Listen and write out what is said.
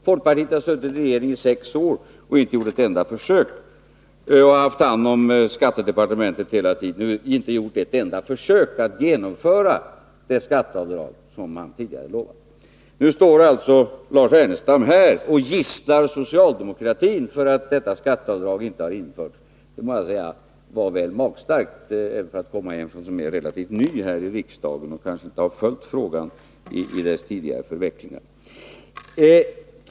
Folkpartiet har suttit i regering i sex år och haft hand om skattedepartementet hela tiden, men inte gjort ett enda försök att införa det skatteavdrag som man tidigare utlovat. Nu står Lars Ernestam här och gisslar socialdemokratin för att detta skatteavdrag inte har införts. Det må jag säga var väl magstarkt, även för att komma från en som är relativt ny här i riksdagen och kanske inte har följt frågan i dess tidigare förvecklingar.